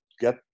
get